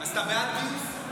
אז אתה בעד גיוס?